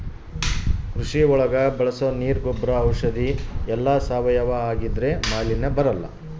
ಕೃಷಿ ಒಳಗ ಬಳಸೋ ನೀರ್ ಗೊಬ್ರ ಔಷಧಿ ಎಲ್ಲ ಸಾವಯವ ಆಗಿದ್ರೆ ಮಾಲಿನ್ಯ ಬರಲ್ಲ